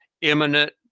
imminent